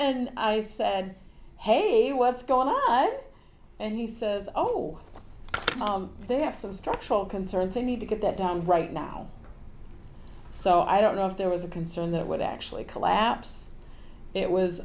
and i said hey what's gone on and he says oh they have some structural concerns they need to get that down right now so i don't know if there was a concern that would actually collapse it was